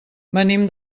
venim